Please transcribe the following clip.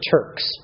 Turks